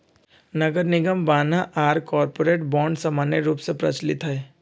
नगरनिगम बान्ह आऽ कॉरपोरेट बॉन्ड समान्य रूप से प्रचलित हइ